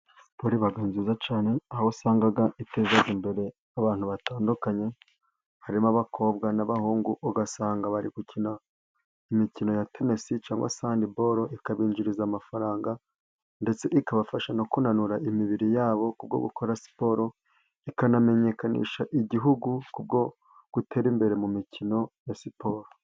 Siporo iba nziza cyane, aho usanga iteza imbere abantu batandukanye harimo abakobwa n'abahungu, ugasanga bari gukina imikino ya tenisi cyangwa se handiboro, ikabinjiriza amafaranga ndetse ikabafasha no kunanura imibiri yabo ku bwo gukora siporo, ikanamenyekanisha igihugu ku bwo gutera imbere mu mikino ya siporo.